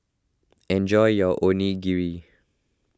enjoy your Onigiri